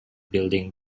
building